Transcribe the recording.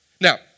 Now